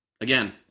Again